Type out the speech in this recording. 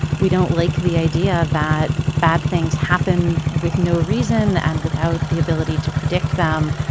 we don't like the idea that bad things happen with no reason and without the ability to predict them.